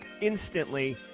instantly